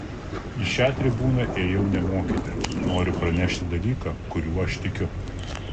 į šią tribūną ėjau ne mokyti noriu pranešti dalyką kuriuo aš tikiu